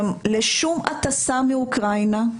לשום הטסה מאוקראינה,